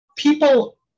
People